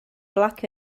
black